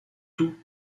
tout